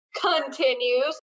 continues